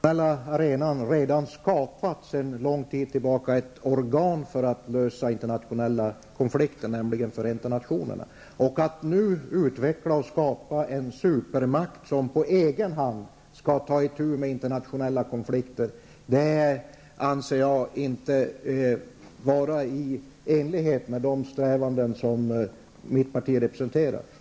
Herr talman! Vi har för länge sedan på den internationella arenan redan skapat ett organ för att lösa internationella konflikter, nämligen Förenta nationerna. Att nu utveckla och skapa en supermakt som på egen hand skall ta itu med internationella konfliker anser jag inte vara i enlighet med de strävanden som mitt parti representerar.